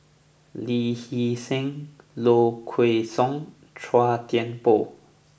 Lee Hee Seng Low Kway Song Chua Thian Poh